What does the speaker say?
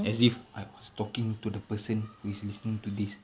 as if I was talking to the person who is listening to this